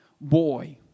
boy